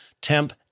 temp